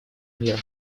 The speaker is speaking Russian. мира